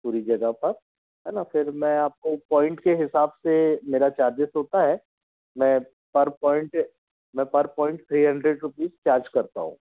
पूरी जगह पर है ना फिर मैं आपको पॉइंट के हिसाब से मेरा चार्जेस होता है मैं पर पॉइंट मैं per point three hundred rupees charge करता हूँ